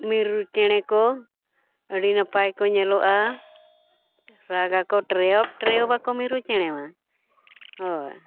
ᱢᱤᱨᱩ ᱪᱮᱬᱮ ᱠᱚ ᱟᱹᱰᱤ ᱱᱟᱯᱟᱭ ᱠᱚ ᱧᱮᱞᱚᱜᱼᱟ ᱨᱟᱜᱽ ᱟᱠᱚ ᱴᱨᱮᱭᱚᱜᱽ ᱴᱨᱮᱭᱚᱜᱽ ᱟᱠᱚ ᱢᱤᱨᱩ ᱪᱮᱬᱮ ᱢᱟ ᱦᱳᱭ